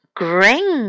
green